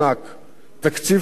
תקציב של מיליונים.